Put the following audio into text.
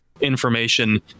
information